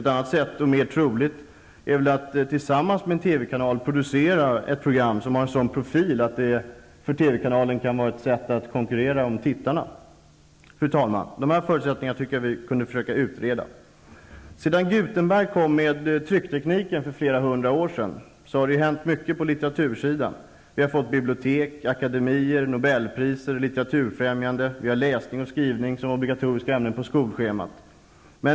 Ett annat sätt, som är mera troligt, är att man tillsammans med en TV-kanal producerar ett program med en profil som gör att det kan vara ett sätt för TV-kanalen att konkurrera om tittarna. Fru talman! Jag tycker att vi kunde försöka utreda dessa förutsättningar. Sedan Gutenberg kom med trycktekniken för flera hundra år sedan har mycket hänt på litteratursidan. Vi har fått bibliotek, akademier, nobelpris och litteraturfrämjande. Vi har läsning och skrivning som obligatoriska ämnen på skolschemat.